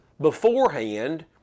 beforehand